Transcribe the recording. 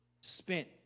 spent